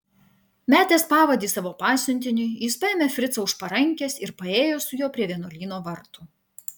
metęs pavadį savo pasiuntiniui jis paėmė fricą už parankės ir paėjo su juo prie vienuolyno vartų